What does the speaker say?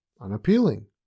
unappealing